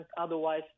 otherwise